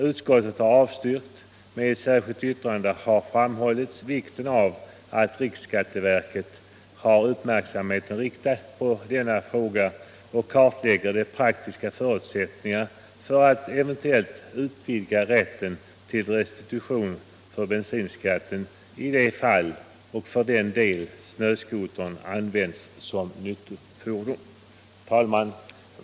Utskottet har avstyrkt detta krav, men i ett särskilt yttrande har framhållits vikten av att riksskatteverket har uppmärksamheten riktad på denna fråga och kartlägger de praktiska förutsättningarna för att eventuellt utvidga rätten till restitution för bensinskatten i de fall där snöskotrar används som nyttofordon. Herr talman!